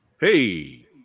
Hey